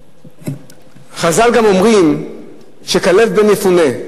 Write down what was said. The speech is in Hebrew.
חז"ל גם אומרים שכלב בן יפונה,